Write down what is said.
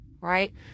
right